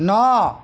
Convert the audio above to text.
ନଅ